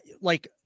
like-